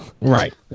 Right